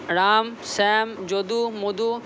Ram Shyam Jadu Madhu